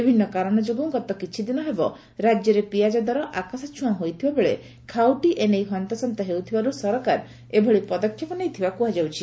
ବିଭିନ୍ନ କାରଣ ଯୋଗୁଁ ଗତ କିଛିଦିନ ହେବ ରାଜ୍ୟରେ ପିଆଜ ଦର ଆକାଶଛୁଆଁ ହୋଇଥିବାବେଳେ ଖାଉଟି ଏ ନେଇ ହନ୍ତସନ୍ତ ହେଉଥିବାରୁ ସରକାର ଏଭଳି ପଦକ୍ଷେପ ନେଇଥିବା କୁହାଯାଇଛି